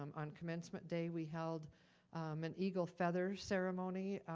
um on commencement day, we held an eagle feather ceremony.